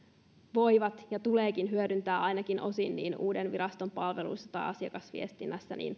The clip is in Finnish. voivat ja että niiden tuleekin hyödyntää ainakin osin uuden viraston palveluissa tai asiakasviestinnässä